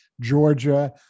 Georgia